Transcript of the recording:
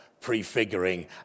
prefiguring